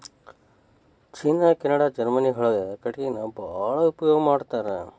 ಚೇನಾ Canada Germany ಒಳಗ ಕಟಗಿನ ಬಾಳ ಉಪಯೋಗಾ ಮಾಡತಾರ